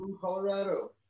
Colorado